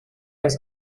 has